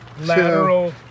lateral